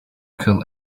kill